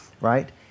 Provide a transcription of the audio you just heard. right